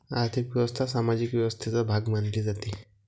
आर्थिक व्यवस्था सामाजिक व्यवस्थेचा भाग मानली जाते